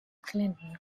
clinton